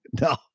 No